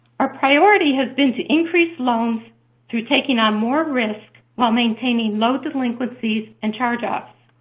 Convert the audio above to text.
our priority has been to increase loans through taking on more risk while maintaining low delinquencies and charge-offs.